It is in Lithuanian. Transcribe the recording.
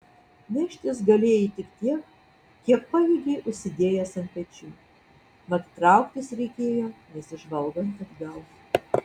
neštis galėjai tik tiek kiek pajėgei užsidėjęs ant pečių mat trauktis reikėjo nesižvalgant atgal